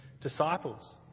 disciples